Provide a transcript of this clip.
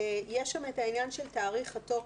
יש שם את העניין של תאריך התוקף,